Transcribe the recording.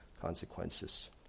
consequences